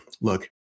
Look